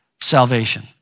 salvation